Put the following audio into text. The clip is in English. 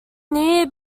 near